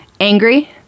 angry